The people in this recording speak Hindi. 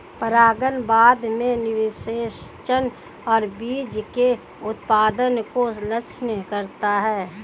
परागण बाद में निषेचन और बीज के उत्पादन को सक्षम करता है